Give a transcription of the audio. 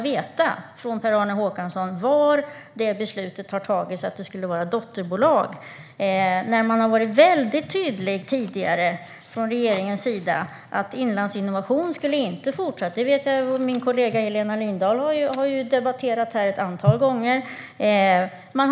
Regeringen har tidigare varit väldigt tydlig med att Inlandsinnovation inte skulle fortsätta att finnas. Min kollega Helena Lindahl har debatterat detta ett antal gånger här.